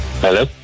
hello